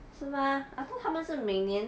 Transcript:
是吗 I thought 他们是每年